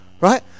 Right